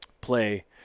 play